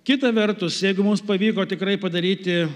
kita vertus jeigu mums pavyko tikrai padaryti